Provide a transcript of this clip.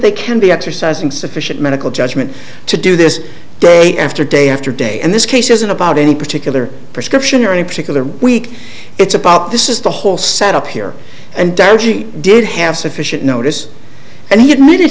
they can be exercising sufficient medical judgment to do this day after day after day and this case isn't about any particular prescription or any particular week it's about this is the whole set up here and dodgy did have sufficient notice and he admitted